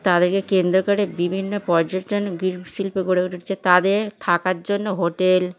তাদেরকে কেন্দ্র করে বিভিন্ন পর্যটন শিল্প গড়ে উঠেছে তাদের থাকার জন্য হোটেল